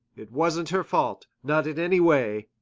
it wasn't her fault, not in any way.